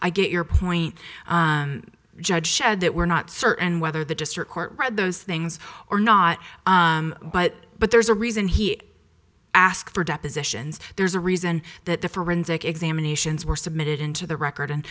i get your point judge said that we're not certain whether the district court read those things or not but but there's a reason he asked for depositions there's a reason that the forensic examinations were submitted into the record and